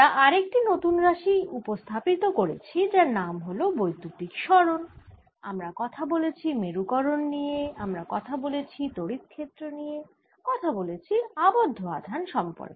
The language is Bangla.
আমরা আর একটি নতুন রাশি উপস্থাপিত করেছি যার নাম হল বৈদ্যুতিক সরণ আমরা কথা বলেছি মেরুকরন নিয়ে আমরা কথা বলেছি তড়িত ক্ষেত্র নিয়ে কথা বলেছি আবদ্ধ আধান সম্পর্কে